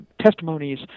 testimonies